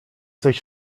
coś